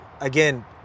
again